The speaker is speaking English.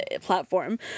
platform